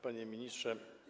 Panie Ministrze!